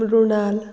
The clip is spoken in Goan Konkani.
मृणाल